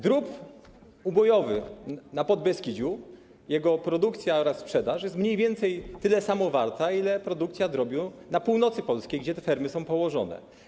Drób ubojowy na Podbeskidziu, jego produkcja oraz sprzedaż, jest mniej więcej tyle samo wart, ile produkcja drobiu na północy Polski, gdzie te fermy są położone.